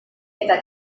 eta